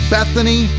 Bethany